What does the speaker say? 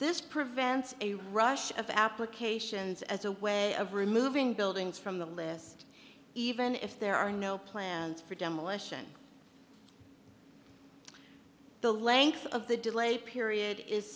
this prevents a rush of applications as a way of removing buildings from the list even if there are no plans for demolition the length of the delay period is